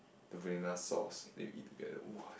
the vanilla sauce then you eat together !wah!